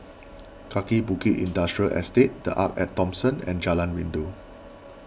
Kaki Bukit Industrial Estate the Arte at Thomson and Jalan Rindu